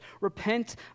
repent